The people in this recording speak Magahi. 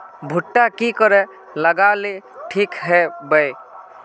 भुट्टा की करे लगा ले ठिक है बय?